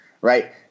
right